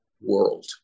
world